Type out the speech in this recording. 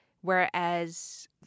whereas